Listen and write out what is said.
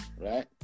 Right